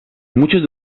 muchos